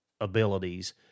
abilities